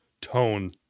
tone